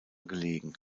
gelegen